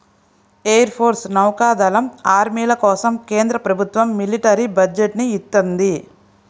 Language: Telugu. ఎయిర్ ఫోర్సు, నౌకా దళం, ఆర్మీల కోసం కేంద్ర ప్రభుత్వం మిలిటరీ బడ్జెట్ ని ఇత్తంది